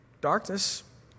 Darkness